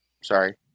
Sorry